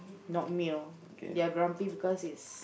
not male they're grumpy because it's